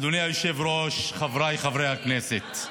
אדוני היושב-ראש, חבריי חברי הכנסת,